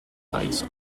sights